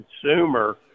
consumer